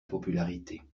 popularité